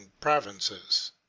provinces